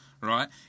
right